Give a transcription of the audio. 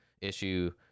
issue